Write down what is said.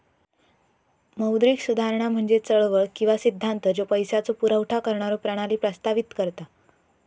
मौद्रिक सुधारणा म्हणजे चळवळ किंवा सिद्धांत ज्यो पैशाचो पुरवठा करणारो प्रणाली प्रस्तावित करता